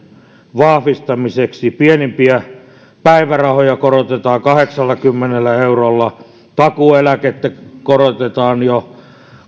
vahvistamiseksi pienimpiä päivärahoja korotetaan kahdeksallakymmenellä eurolla takuueläkettä korotetaan jo